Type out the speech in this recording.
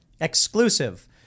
Exclusive